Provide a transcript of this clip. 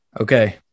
okay